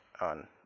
on